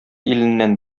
иленнән